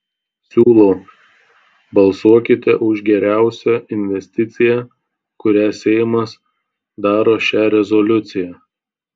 siūlau balsuokite už geriausią investiciją kurią seimas daro šia rezoliucija